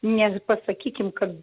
netgi pasakykime kad